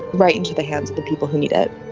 right into the hands of the people who need it.